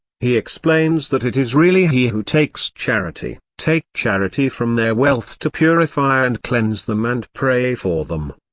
he explains that it is really he who takes charity take charity from their wealth to purify and cleanse them and pray for them.